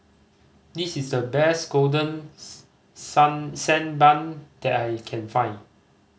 this is the best golden sun sand bun that I can find